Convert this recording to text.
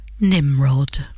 Nimrod